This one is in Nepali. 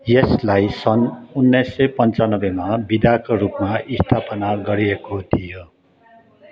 यसलाई सन् उन्नाइस सय पन्चन्नब्बेमा विधाका रूपमा स्थापना गरिएको थियो